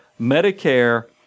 Medicare